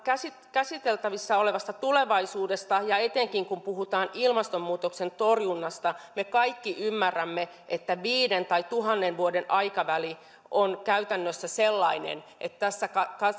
käsiteltävissä olevasta tulevaisuudesta ja etenkin kun puhutaan ilmastonmuutoksen torjunnasta me kaikki ymmärrämme että viisituhatta tai tuhannen vuoden aikaväli on käytännössä sellainen että tässä